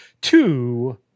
two